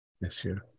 Monsieur